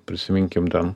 prisiminkim ten